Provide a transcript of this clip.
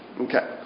Okay